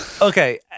Okay